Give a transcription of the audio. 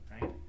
Right